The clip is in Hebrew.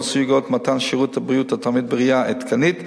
סוגיית מתן שירות בריאות התלמיד בראייה עדכנית,